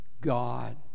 God